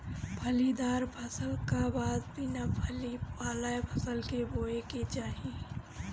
फलीदार फसल का बाद बिना फली वाला फसल के बोए के चाही